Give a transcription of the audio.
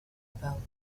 about